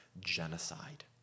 Genocide